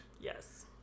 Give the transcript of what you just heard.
Yes